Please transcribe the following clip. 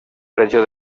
regió